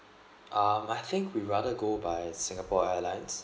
um I think we rather go by Singapore Airlines